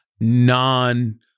non